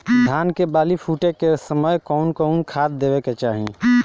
धान के बाली फुटे के समय कउन कउन खाद देवे के चाही?